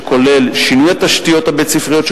שכולל שינוי התשתיות הבית-ספריות,